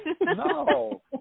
no